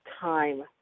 time